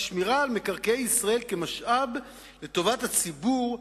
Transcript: כשמירה על מקרקעי ישראל כמשאב לטובת הציבור,